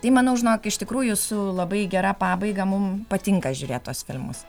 tai manau žinok iš tikrųjų su labai gera pabaiga mums patinka žiūrėti tuos filmus